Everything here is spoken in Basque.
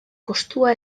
kostua